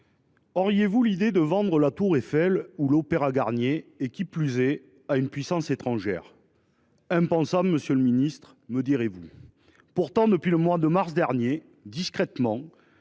auriez vous l’idée de vendre la tour Eiffel ou l’opéra Garnier, qui plus est à une puissance étrangère ?« Impensable !», me diriez vous. Pourtant, depuis le mois de mars dernier, discrètement,